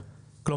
1 על הכסף.